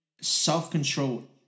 Self-control